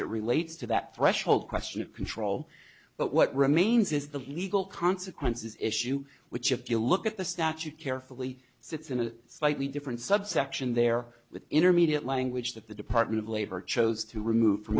it relates to that threshold question of control but what remains is the legal consequences issue which if you look at the statute carefully sits in a slightly different subsection there the intermediate language that the department of labor chose to remove from